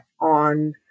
on